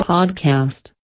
Podcast